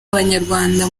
abanyarwanda